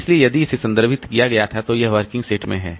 इसलिए यदि इसे संदर्भित किया गया था तो यह वर्किंग सेट में है